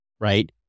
right